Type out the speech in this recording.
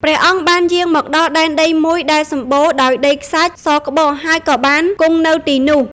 ព្រះអង្គបានយាងមកដល់ដែនដីមួយដែលសម្បូរដោយដីខ្សាច់សក្បុស ហើយក៏បានគង់នៅទីនោះ។